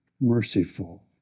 merciful